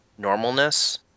normalness